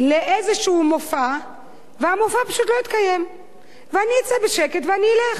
לאיזה מופע והמופע פשוט לא התקיים ואני אצא בשקט ואלך?